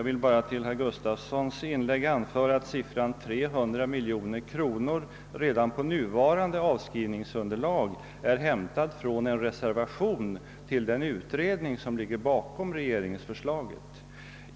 Herr talman! Uppgiften om en skattelättnad på 300 miljoner kronor redan på nuvarande avskrivningsunderlag är hämtad från en reservation till den utredning som ligger till grund för regeringsförslaget.